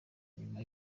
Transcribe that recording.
nyuma